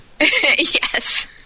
Yes